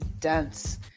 dense